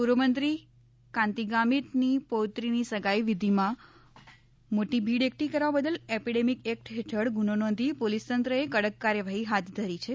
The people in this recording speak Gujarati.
પૂર્વમંત્રી કાંતિ ગામિતની પૌત્રીની સગાઈ વિધિમાં મોટી ભીડ એકઠી કરવા બદલ એપીડેમીક એક્ટ હેઠળ ગુનો નોંધી પોલીસ તંત્રએ કડક કાર્યવાહી હાથ ધરી છે